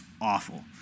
awful